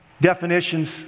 definitions